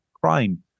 crime